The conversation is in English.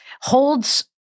holds